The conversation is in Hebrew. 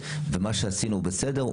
ומה שעשינו בסדר.